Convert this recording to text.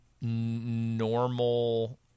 normal